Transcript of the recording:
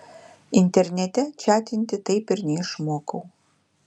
internete čatinti taip ir neišmokau